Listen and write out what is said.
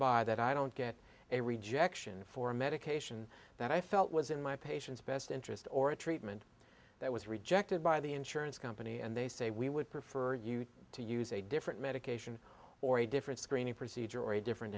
by that i don't get a rejection for a medication that i felt was in my patient's best interest or a treatment that was rejected by the insurance company and they say we would prefer you to use a different medication or a different screening procedure or a different